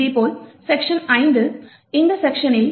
இதேபோல் செக்க்ஷன் 5 இந்த செக்க்ஷனில்